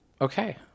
okay